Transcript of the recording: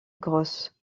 gross